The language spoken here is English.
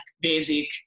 basic